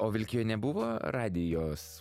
o vilkijoj nebuvo radijos